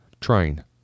Train